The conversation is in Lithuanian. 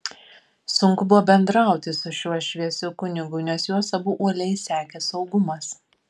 sunku buvo bendrauti su šiuo šviesiu kunigu nes juos abu uoliai sekė saugumas